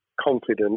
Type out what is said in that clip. confident